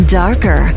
darker